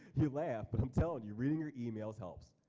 you laugh but i'm tellin' you, reading your emails helps.